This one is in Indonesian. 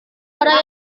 orang